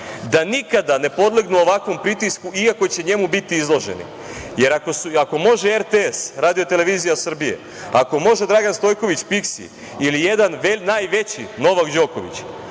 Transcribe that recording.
da nikada ne podlegnu ovakvom pritisku, iako će njemu biti izloženi, jer ako može RTS, ako može Dragan Stojković Piski ili jedan najveći Novak Đoković,